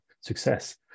success